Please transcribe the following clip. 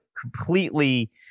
completely